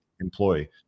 employee